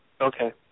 Okay